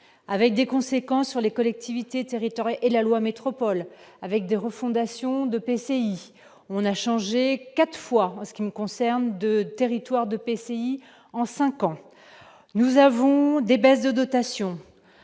avec des conséquences sur les collectivités territoriales et la loi métropole avec des refondation de PCI, on a changé 4 fois ce qui me concerne, de territoire de PCI en 5 ans, nous avons des baisses de dotations